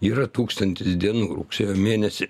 yra tūkstantis dienų rugsėjo mėnesį